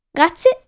Grazie